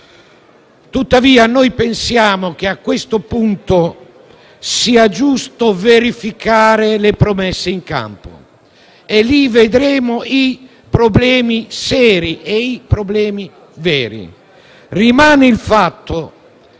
tuttavia, che a questo punto sia giusto verificare le promesse in campo e lì vedremo i problemi seri e veri.